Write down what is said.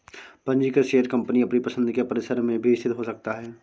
पंजीकृत share company अपनी पसंद के परिसर में भी स्थित हो सकता है